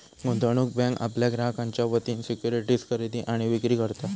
गुंतवणूक बँक आपल्या ग्राहकांच्या वतीन सिक्युरिटीज खरेदी आणि विक्री करता